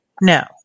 No